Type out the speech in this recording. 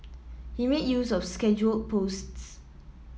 he made use of scheduled posts